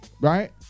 Right